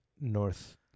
North